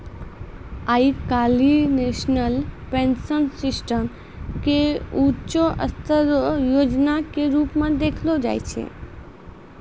आइ काल्हि national pension system के ऊंचों स्तर रो योजना के रूप मे देखलो जाय छै